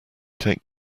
take